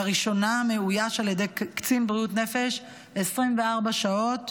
לראשונה הוא מאויש על ידי קצין בריאות נפש 24 שעות,